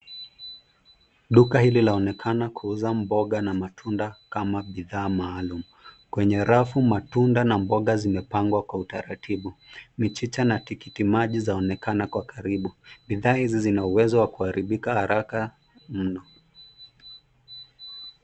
Duka hili laonekana kuuza mboga na matunda kama bidhaa maalum. Kwenye rafu, matunda na mboga zimepangwa kwa utaratibu. Michicha na tikiti-maji zaonekana kwa karibu. Bidhaa hizi zina uwezo wa kuharibika haraka mno.